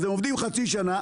הם עובדים חצי שנה,